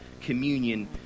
communion